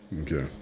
Okay